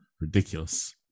Ridiculous